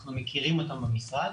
אנחנו מכירים אותם במשרד